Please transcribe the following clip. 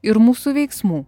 ir mūsų veiksmų